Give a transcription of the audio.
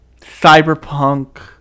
cyberpunk